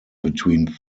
between